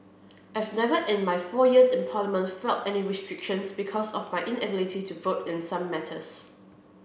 I've never in my four years in Parliament felt any restrictions because of my inability to vote in some matters